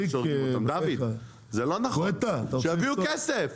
דוד, זה לא נכון, שיביאו כסף.